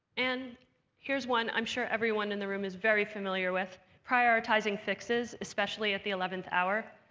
and here's one i'm sure everyone in the room is very familiar with prioritizing fixes, especially at the eleventh hour.